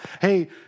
hey